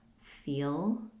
feel